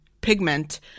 pigment